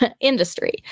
industry